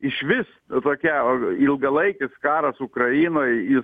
išvis tokia o ilgalaikis karas ukrainoj jis